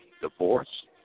Divorce